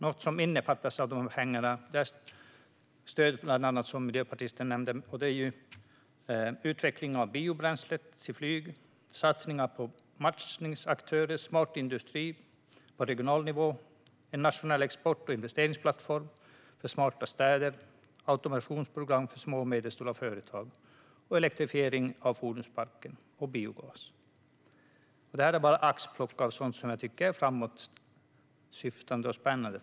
Något som innefattas i dessa pengar är, som miljöpartisten nämnde, ett stöd för utveckling av biobränsle till flyg, satsningar på matchningsaktörer, smart industri på regional nivå, en nationell export och investeringsplattform för smarta städer, automationsprogram för små och medelstora företag samt elektrifiering av fordonsparken och biogas - ett axplock av sådant som jag tycker är framåtsyftande och spännande.